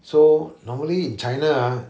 so normally in china ah